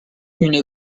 une